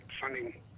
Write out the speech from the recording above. funding